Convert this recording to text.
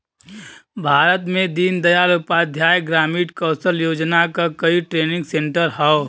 भारत में दीन दयाल उपाध्याय ग्रामीण कौशल योजना क कई ट्रेनिंग सेन्टर हौ